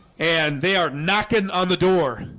and they are knocking on the door